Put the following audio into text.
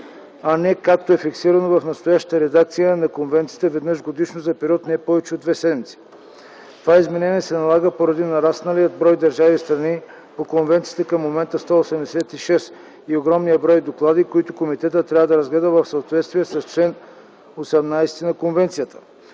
а не както е фиксирано в настоящата редакция на конвенцията – веднъж годишно за период не повече от две седмици. Това изменение се налага поради нарасналия брой държави – страни по конвенцията, към момента 186, и огромния брой доклади, които комитетът трябва да разгледа в съответствие с чл. 18 на конвенцията.